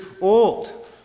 old